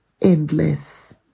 endless